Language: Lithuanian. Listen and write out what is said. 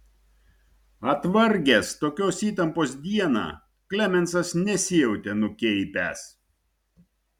atvargęs tokios įtampos dieną klemensas nesijautė nukeipęs